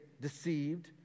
deceived